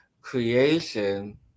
creation